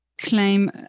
claim